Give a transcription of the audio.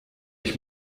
ich